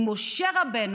אם משה רבנו,